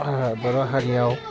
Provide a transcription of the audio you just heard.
बर' हारियाव